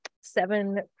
seven